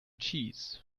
cheese